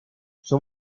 som